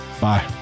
Bye